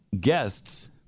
guests